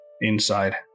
inside